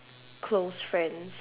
close friends